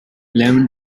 lemon